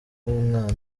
bw’umwana